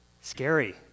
Scary